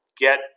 get